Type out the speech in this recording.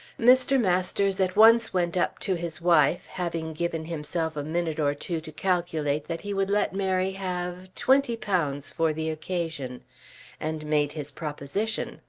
mr. masters at once went up to his wife having given himself a minute or two to calculate that he would let mary have twenty pounds for the occasion and made his proposition.